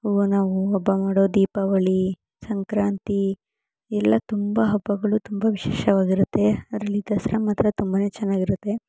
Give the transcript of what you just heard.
ನಾವು ಹಬ್ಬ ಮಾಡೋ ದೀಪಾವಳಿ ಸಂಕ್ರಾಂತಿ ಎಲ್ಲ ತುಂಬ ಹಬ್ಬಗಳು ತುಂಬ ವಿಶೇಷವಾಗಿರುತ್ತೆ ಅದರಲ್ಲಿ ದಸರಾ ಮಾತ್ರ ತುಂಬನೇ ಚೆನ್ನಾಗಿರುತ್ತೆ